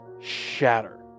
shatter